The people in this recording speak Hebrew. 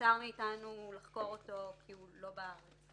שנבצר מאתנו לחקור אותו כי הוא לא בארץ.